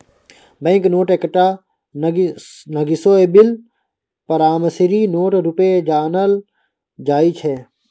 bank note एकटा negotiable promissory note रुपे जानल जाइ छै